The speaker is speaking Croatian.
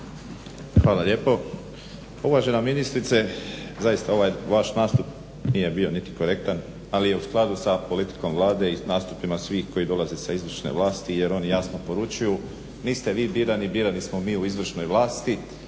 Josip (HDZ)** Uvažena ministrice, zaista ovaj vaš nastup nije bio niti korektan ali je u skladu sa politikom Vlade i sa nastupima svih koji dolaze sa izvršne vlasti jer oni jasno poručuju, niste vi birani, birani smo mi u izvršnoj vlasti,